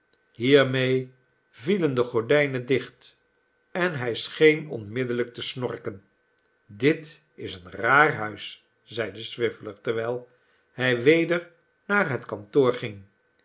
hiermede vielen de gordijnen dicht en hij scheen onmiddellijk te snorken dit is een raar huis zeide swiveller terwijl hij weder naar het kantoor ging